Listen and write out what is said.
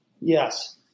Yes